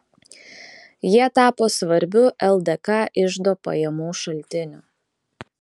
jie tapo svarbiu ldk iždo pajamų šaltiniu